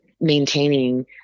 maintaining